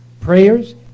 prayers